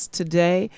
today